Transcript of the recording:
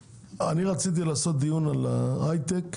רציתי לעשות דיון על ההייטק,